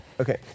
Okay